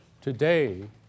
today